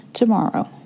tomorrow